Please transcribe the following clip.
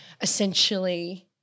essentially